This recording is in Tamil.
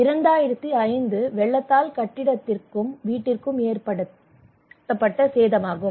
இது 2005 வெள்ளத்தால் கட்டிடத்திற்கும் வீட்டிற்கும் ஏற்பட்ட சேதமாகும்